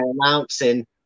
announcing